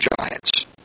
giants